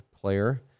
player